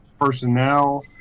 personnel